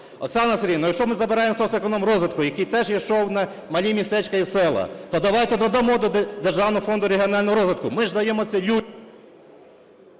Оксана Сергіївна, якщо ми забираємо соцекономрозвитку, який теж йшов на малі містечка і села, то давайте додамо до Державного фонду регіонального розвитку, ми ж даємо це